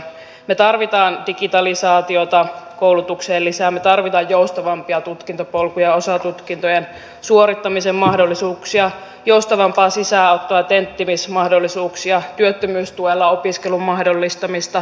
me tarvitsemme koulutukseen lisää digitalisaatiota me tarvitsemme joustavampia tutkintopolkuja osatutkintojen suorittamisen mahdollisuuksia joustavampaa sisäänottoa ja tenttimismahdollisuuksia työttömyystuella opiskelun mahdollistamista